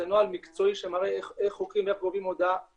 זה נוהל מקצועי שמראה איך חוקרים ואיך גובים הודעה